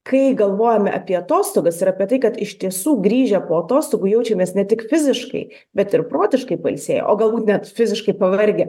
kai galvojame apie atostogas ir apie tai kad iš tiesų grįžę po atostogų jaučiamės ne tik fiziškai bet ir protiškai pailsėję o galbūt net fiziškai pavargę